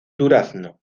durazno